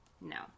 No